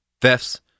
thefts